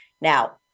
Now